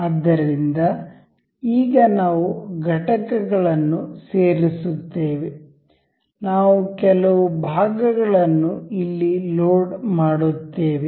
ಆದ್ದರಿಂದ ಈಗ ನಾವು ಘಟಕಗಳನ್ನು ಸೇರಿಸುತ್ತೇವೆ ನಾವು ಕೆಲವು ಭಾಗಗಳನ್ನು ಇಲ್ಲಿ ಲೋಡ್ ಮಾಡುತ್ತೇವೆ